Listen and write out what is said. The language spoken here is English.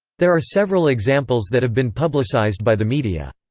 there are several examples that have been publicized by the media.